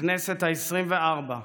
הכנסת העשרים-וארבע,